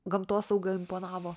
gamtosauga imponavo